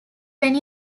when